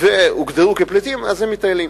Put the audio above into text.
והוגדרו כפליטים, אז הם מטיילים.